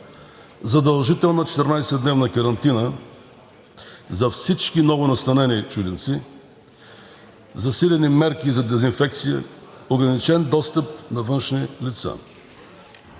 задължителна 14-дневна карантина за всички новонастанени чужденци; засилени мерки за дезинфекция; ограничен достъп на външни лица.